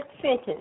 sentence